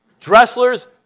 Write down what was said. dresslers